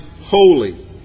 holy